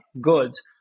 goods